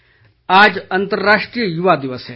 युवा दिवस आज अंतर्राष्ट्रीय युवा दिवस है